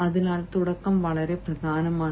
അതിനാൽ തുടക്കം വളരെ പ്രധാനമാണ്